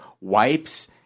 wipes